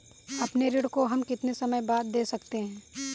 अपने ऋण को हम कितने समय बाद दे सकते हैं?